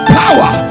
power